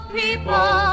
people